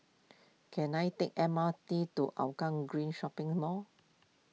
can I take M R T to Hougang Green Shopping Mall